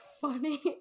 funny